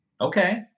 Okay